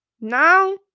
now